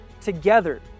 together